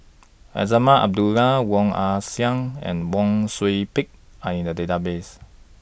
Azman Abdullah Woon Wah Siang and Wang Sui Pick Are in The Database